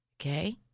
Okay